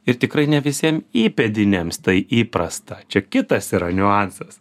ir tikrai ne visiem įpėdiniams tai įprasta čia kitas yra niuansas